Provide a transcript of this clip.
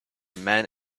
men